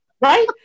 Right